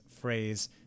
phrase